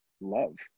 love